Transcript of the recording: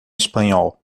espanhol